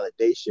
validation